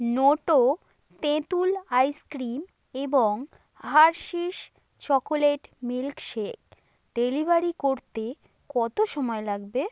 নোটো তেঁতুল আইসক্রিম এবং Hershey's chocolate milk shake delivery করতে কত সময় লাগবে